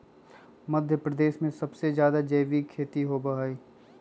मध्यप्रदेश में सबसे जादा जैविक खेती होई छई